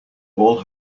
all